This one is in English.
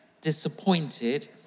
disappointed